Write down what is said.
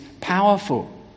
powerful